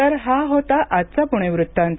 तर हा होता आजचा पुणे वृत्तांत